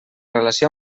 relació